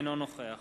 אינו נוכח